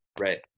right